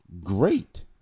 great